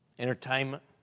Entertainment